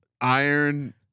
Iron